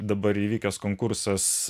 dabar įvykęs konkursas